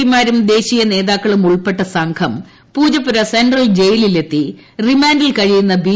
പിമാരും ദേശീയ നേതാക്കളും ഉൾപ്പെട്ട സംഘം പൂജപ്പുര സെൻട്രൽ ജയിലിൽ എത്തി റിമാൻഡിൽ കഴിയുന്ന ബി